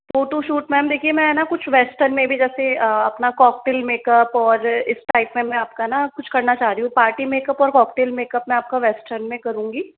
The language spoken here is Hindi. फोटोशूट मैम देखिये मैं है ना कुछ वेस्टर्न में भी जैसे अपना कॉकटेल मेकअप और इस टाइप में मैं आपको ना कुछ करना चाह रही हूँ पार्टी मेकअप और कॉकटेल मेकअप में आपका वेस्टर्न में करूँगी